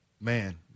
man